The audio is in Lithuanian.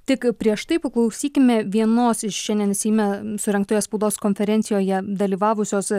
tik prieš tai paklausykime vienos iš šiandien seime surengtoje spaudos konferencijoje dalyvavusios